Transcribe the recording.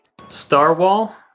Starwall